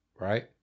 right